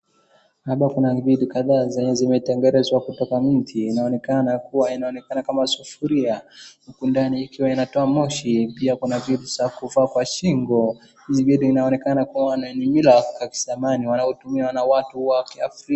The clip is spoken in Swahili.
Hapa kuna vitu kadhaa zenye zimetengenezwa kutoka kwa mti. Inaonekana kama sufuria huku ndani ikiwa inatoa moshi na pia kuna vitu za kuvaa kwa shingo. Hizi vitu inaonekana kuwa ni za kimila za zamani zinazotumika na watu wa kiafrika.